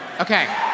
Okay